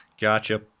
Gotcha